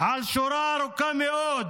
על שורה ארוכה מאוד